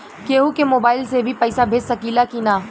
केहू के मोवाईल से भी पैसा भेज सकीला की ना?